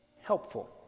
helpful